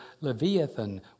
Leviathan